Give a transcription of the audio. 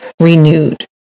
renewed